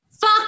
Fuck